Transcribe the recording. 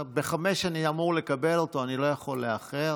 ב-17:00 אני אמור לקבל אותו, אני לא יכול לאחר.